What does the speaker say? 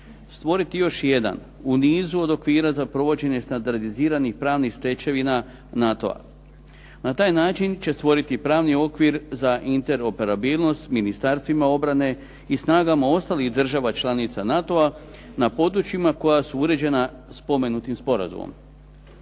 stvoriti još jedan u nizu od okvira za provođenje standardiziranih pravnih stečevina NATO-a. Na taj način će stvoriti pravni okvir za interoperabilnost ministarstvima obrane i snagama ostalih država članica NATO-a na područjima koja su uređena spomenutim sporazumom.